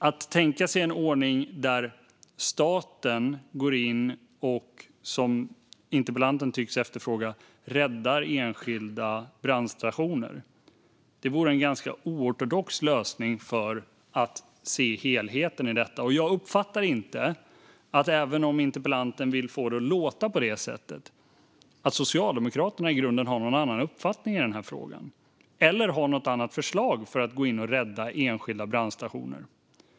Att tänka sig en ordning där staten går in och, som interpellanten tycks efterfråga, räddar enskilda brandstationer vore en ganska oortodox lösning för att se helheten i detta. Och jag uppfattar inte, även om interpellanten vill få det att låta på detta sätt, att Socialdemokraterna i grunden har någon annan uppfattning i denna fråga eller har något annat förslag för att gå in och rädda enskilda brandstationer.